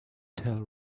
tell